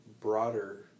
broader